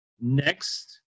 Next